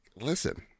Listen